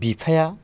बिफाया